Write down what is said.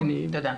תודה.